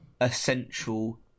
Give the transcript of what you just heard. essential